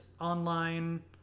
online